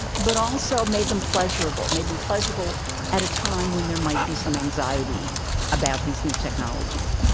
but also made them pleasurable made them pleasurable at a time when there might be some anxiety about these new technologies